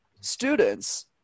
students